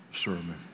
sermon